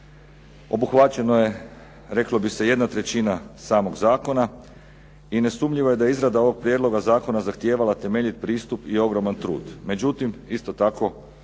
Obuhvaćeno je, reklo bi se, jedna trećina samog zakona i nesumnjivo je da izrada ovog prijedloga zakona zahtijevala temeljit pristup i ogroman trud. Međutim, isto tako